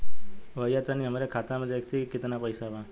भईया तनि हमरे खाता में देखती की कितना पइसा बा?